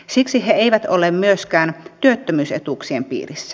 siksi he eivät ole myöskään työttömyysetuuksien piirissä